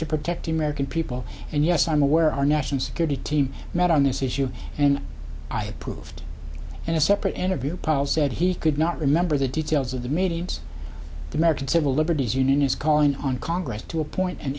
to protect the american people and yes i'm aware our national security team met on this issue and i proved in a separate interview powell said he could not remember the details of the meetings the american civil liberties union is calling on congress to appoint an